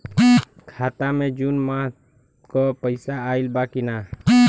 खाता मे जून माह क पैसा आईल बा की ना?